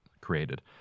created